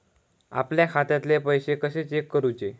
आपल्या खात्यातले पैसे कशे चेक करुचे?